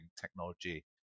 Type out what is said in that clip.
technology